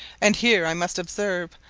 and here i must observe,